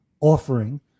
offering